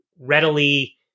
readily